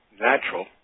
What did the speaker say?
natural